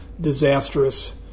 disastrous